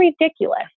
ridiculous